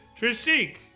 Trishik